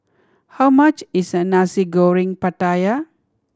how much is Nasi Goreng Pattaya